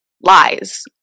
lies